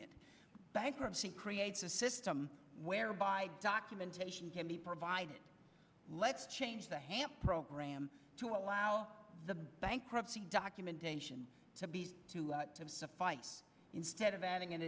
it bankruptcy creates a system whereby documentation can be provided let's change the hamp program to allow the bankruptcy documentation to be to have sufficed instead of adding an